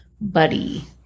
buddy